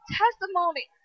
testimony